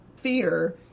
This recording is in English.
fear